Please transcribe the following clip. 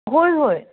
होय होय